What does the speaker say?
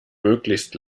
möglichst